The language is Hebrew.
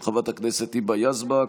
של חברת הכנסת היבה יזבק,